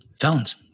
felons